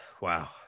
wow